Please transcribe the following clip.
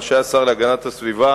רשאי השר להגנת הסביבה